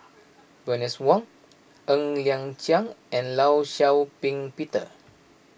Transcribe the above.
Bernice Wong Ng Liang Chiang and Law Shau Ping Peter